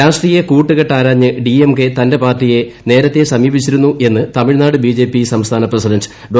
രാഷ്ട്രീയ കൂട്ടുകെട്ട് ആരാഞ്ഞ് ഡി എം കെ തന്റെ പാർട്ടിയെ നേരത്തെ സമീപിച്ചിരുന്നു എന്ന് തമിഴ്നാട് ബി ജെ പി സംസ്ഥാന പ്രസിഡന്റ് ഡോ